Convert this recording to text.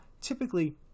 typically